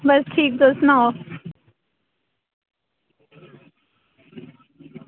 बस ठीक तुस सनाओ